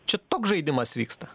čia toks žaidimas vyksta